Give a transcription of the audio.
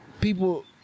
people